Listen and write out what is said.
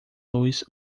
luz